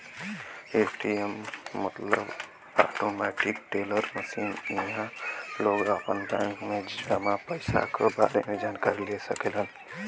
ATM मतलब automatic teller machine इहां लोग आपन बैंक में जमा पइसा क बारे में जानकारी ले सकलन